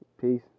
Peace